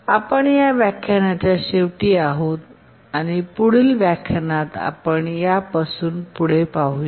आपण या व्याख्यानाच्या शेवटी आहोत आपण पुढील व्याख्यानात या पासून पुढे पाहूया